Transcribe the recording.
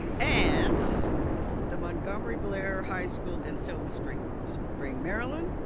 and the montgomery blaire high school in silver spring spring maryland.